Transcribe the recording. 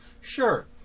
Sure